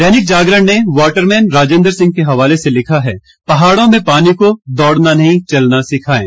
दैनिक जागरण ने जल पुरूष राजेंद्र सिंह के हवाले से लिखा है पहाड़ों में पानी को दौड़ना नहीं चलना सिखाएं